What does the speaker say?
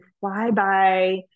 fly-by